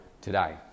today